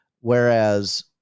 whereas